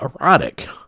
erotic